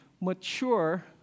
mature